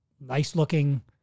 nice-looking